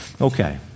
Okay